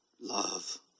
love